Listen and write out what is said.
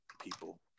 people